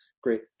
Great